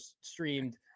streamed